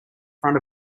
front